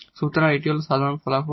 সুতরাং এই হল সাধারণ ফলাফল